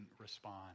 respond